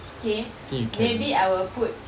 okay maybe I will put